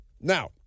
Now